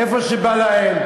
איפה שבא להם.